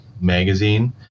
magazine